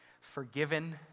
forgiven